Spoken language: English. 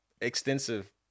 extensive